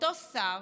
אותו שר,